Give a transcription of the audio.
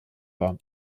war